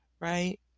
Right